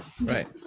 Right